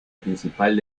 principal